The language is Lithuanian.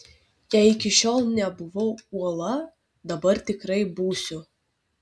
jei iki šiol nebuvau uola dabar tikrai būsiu